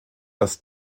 das